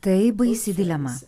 tai baisi dilema